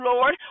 Lord